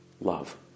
love